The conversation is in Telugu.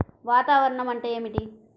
వాతావరణం అంటే ఏమిటి?